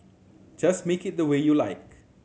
just make it the way you like